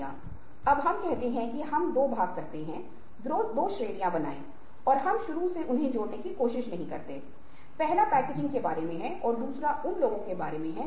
बातचीत में लिंग भेद यह भी बहुत महत्वपूर्ण है क्योंकि कुछ संस्कृतियां हैं जहां लिंग के मुद्दे बहुत संवेदनशील हैं